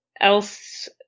else